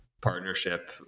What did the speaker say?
partnership